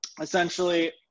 essentially